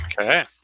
Okay